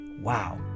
Wow